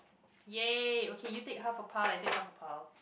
yay okay you take half a pile I take half a pile